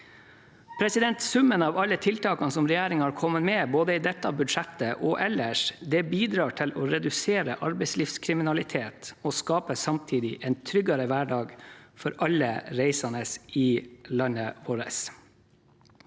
Summen av alle tiltakene regjeringen har kommet med, både i dette budsjettet og ellers, bidrar til å redusere arbeidslivskriminalitet og skaper samtidig en tryggere hverdag for alle reisende i landet vårt.